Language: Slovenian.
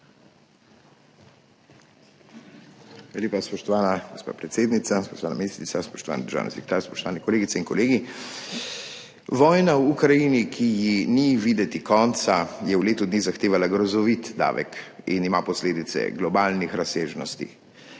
lepa, spoštovana gospa predsednica. Spoštovana ministrica, spoštovani državni sekretar, spoštovane kolegice in kolegi! Vojna v Ukrajini, ki ji ni videti konca, je v letu dni zahtevala grozovit davek in ima posledice globalnih razsežnosti.